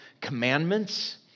commandments